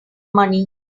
money